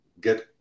get